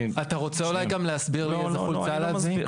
אתה רוצה אולי גם להסביר איזה חולצה להזמין?